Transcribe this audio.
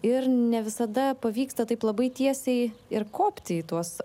ir ne visada pavyksta taip labai tiesiai ir kopti į tuos